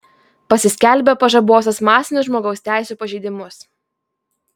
pasiskelbė pažabosiąs masinius žmogaus teisių pažeidimus